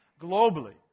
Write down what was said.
globally